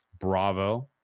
Bravo